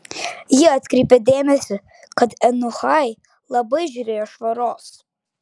ji atkreipė dėmesį kad eunuchai labai žiūrėjo švaros